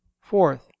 fourth